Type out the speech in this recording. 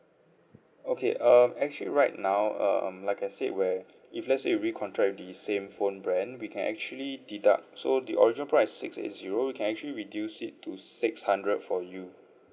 okay um actually right now um like I said where if let's say you re-contract with the same phone brand we can actually deduct so the original price is six eight zero we can actually reduce it to six hundred for you